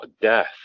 death